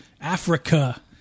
Africa